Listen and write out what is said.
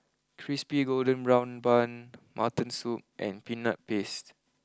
Crispy Golden Brown Bun Mutton Soup and Peanut Paste